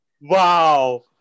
Wow